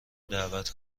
دعوت